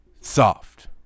soft